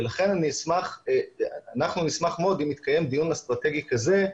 ולכן אנחנו נשמח מאוד אם יתקיים דיון אסטרטגי כזה,